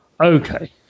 Okay